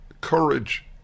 courage